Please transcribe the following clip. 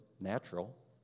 natural